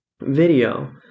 video